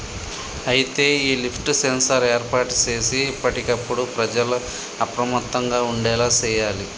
అయితే ఈ lift sensor ఏర్పాటు సేసి ఎప్పటికప్పుడు ప్రజల అప్రమత్తంగా ఉండేలా సేయాలి